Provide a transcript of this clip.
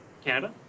Canada